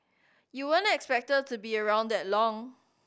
you weren't expected to be around that long